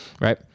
right